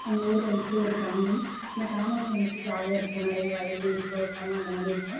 எங்கள் ஊர் வந்துட்டு ஒரு கிராமம் இந்த கிராமம் வந்துட்டு ஜாலியாக இருக்கும் நிறையா வயல்வெளி தோட்டம் அந்த மாதிரி இருக்கும்